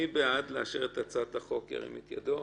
מי בעד לאשר את הצעת החוק ירים את ידו?